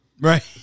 Right